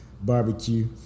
Barbecue